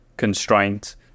Constraint